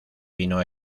vino